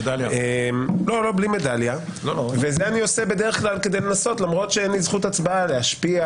זה אני עושה למרות שאין לי זכות הצבעה כדי לנסות להשפיע